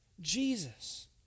Jesus